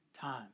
time